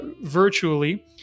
virtually